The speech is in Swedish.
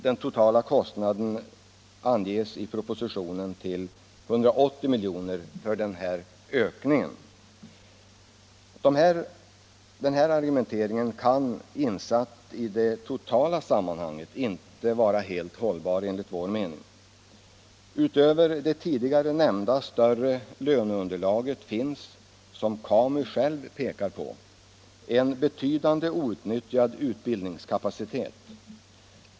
Den totala kostnaden för den här ökningen anges i propositionen till 180 milj.kr. Denna argumentering kan, insatt i det totala sammanhanget, inte vara helt hållbar enligt vår mening. Utöver det tidigare nämnda större löneunderlaget finns det, som KAMU själv påpekar, en betydande outnyttjad utbildningskapacitet.